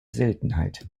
seltenheit